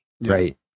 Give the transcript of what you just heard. right